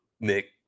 Nick